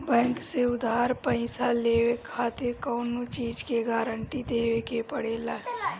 bank से उधार पईसा लेवे खातिर कवनो चीज के गारंटी देवे के पड़ेला